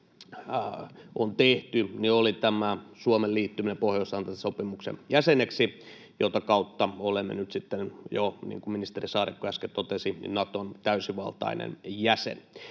on tehty, oli tämä Suomen liittyminen Pohjois-Atlantin sopimuksen jäseneksi, jota kautta olemme nyt sitten jo, niin kuin ministeri Saarikko äsken totesi, Naton täysivaltainen jäsen.